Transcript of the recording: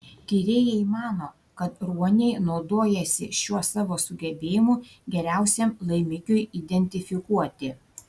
tyrėjai mano kad ruoniai naudojasi šiuo savo sugebėjimu geriausiam laimikiui identifikuoti